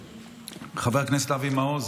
חבר הכנסת אבי מעוז,